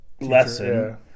lesson